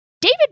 David